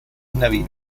navío